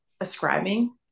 ascribing